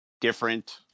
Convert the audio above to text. different